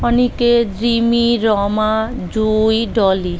Aniket Rimi Rama Jui Dolly